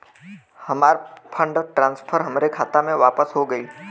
हमार fund transfer हमरे खाता मे वापस हो गईल